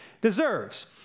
deserves